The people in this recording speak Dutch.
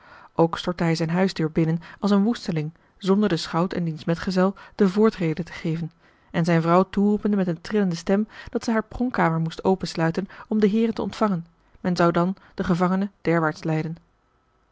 stortte hij zijne huisdeur binnen als een woesteling zonder den schout en diens metgezel de voortrede te geven en zijne vrouw toeroepende met eene trillende stem dat zij hare pronkkamer moest opensluiten om de heeren te ontvangen men zou dan den gevangene derwaarts leiden